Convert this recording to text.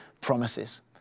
promises